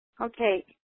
Okay